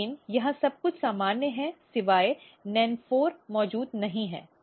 इसलिए यहां सब कुछ सामान्य है सिवाय NEN4 मौजूद नहीं है